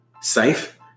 safe